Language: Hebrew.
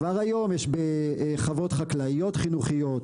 כבר היום יש בחוות חקלאיות חינוכיות,